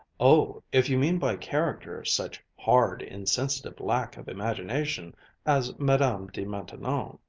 oh, if you mean by character such hard, insensitive lack of imagination as madame de maintenon's